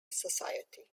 society